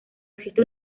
existe